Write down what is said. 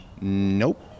Nope